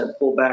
pullback